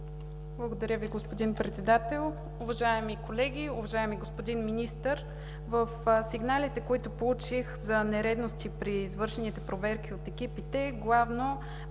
Благодаря Ви, господин Председател. Уважаеми колеги, уважаеми господин Министър! В сигналите, които получих за нередности при извършените проверки от екипите, главно